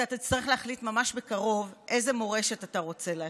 ואתה תצטרך להחליט ממש בקרוב איזו מורשת אתה רוצה להשאיר: